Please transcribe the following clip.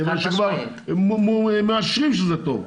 כיוון שכבר מאשרים שזה טוב.